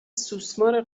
سوسمار